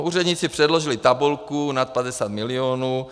Úředníci předložili tabulku nad 50 milionů.